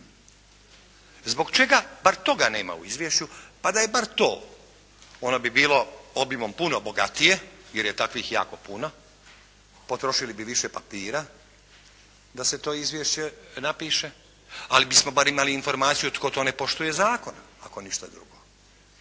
Zbog čega bar toga nema u izvješću. Pa da je bar to ono bi bilo obimom puno bogatije jer je takvih jako puno, potrošili bi više papira da se to izvješće napiše ali bismo bar imali informaciju tko to ne poštuje zakone ako ništa drugo,